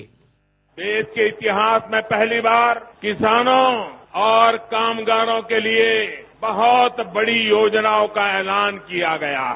bite देश के इतिहास में पहली बार किसानों और कामगारों के लिए बहुत बड़ी योजनाओं का ऐलान किया गया है